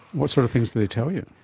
what sort of things did they tell you?